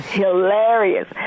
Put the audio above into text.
hilarious